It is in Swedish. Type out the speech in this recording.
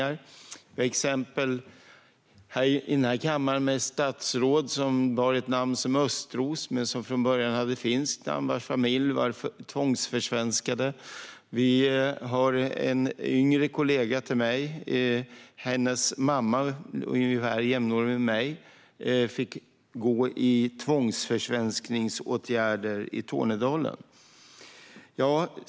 Jag har exempel från den här kammaren. Ett statsråd bar namnet Östros men hade från början ett finskt namn. Hans familj blev tvångsförsvenskad. En yngre kollegas mamma, som är ungefär jämnårig med mig, fick gå i tvångförsvenskningsåtgärder i Tornedalen.